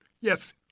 Yes